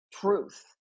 truth